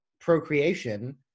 procreation